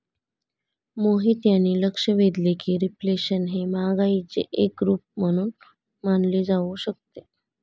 मोहित यांनी लक्ष वेधले की रिफ्लेशन हे महागाईचे एक रूप म्हणून मानले जाऊ शकते